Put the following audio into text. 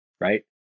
right